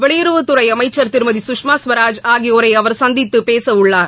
வெளியுறவுத்துறை அமைச்சா் திருமதி கஷ்மா ஸ்வராஜ் ஆகியோரை அவா் சந்தித்துப் பேசவுள்ளார்